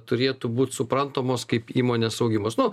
turėtų būt suprantamos kaip įmonės augimas nu